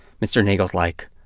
mr. neagle's like,